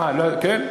אה, כן?